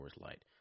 Light